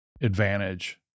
advantage